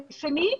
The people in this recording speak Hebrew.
ושנית,